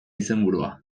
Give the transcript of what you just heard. izenburua